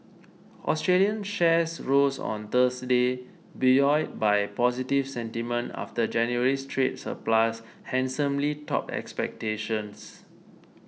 Australian shares rose on Thursday buoyed by positive sentiment after January's trade surplus handsomely topped expectations